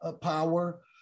power